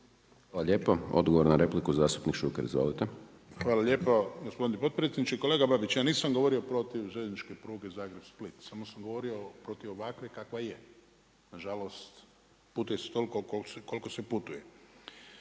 Hvala lijepo. Odgovor na repliku, zastupnik Šuker. Izvolite. **Šuker, Ivan (HDZ)** Hvala lijepo gospodine potpredsjedniče. Kolega Babić, ja nisam govorio protiv željezničke pruge Zagreb-Split, samo sam govorio protiv ovakve kakva je. Nažalost putuje se toliko koliko se putuje,